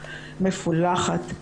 מפולחת,